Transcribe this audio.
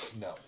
No